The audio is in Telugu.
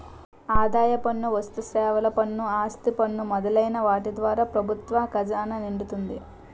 ఆదాయ పన్ను వస్తుసేవల పన్ను ఆస్తి పన్ను మొదలైన వాటి ద్వారా ప్రభుత్వ ఖజానా నిండుతుంది